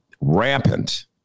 rampant